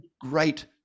great